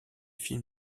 film